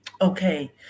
okay